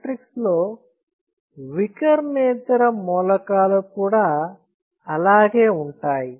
matrix లో వికర్ణేతర మూలకాలు కూడా అలాగే ఉంటాయి